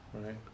Right